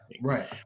right